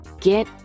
get